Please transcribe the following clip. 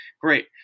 great